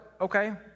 okay